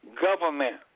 government